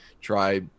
try